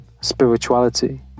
spirituality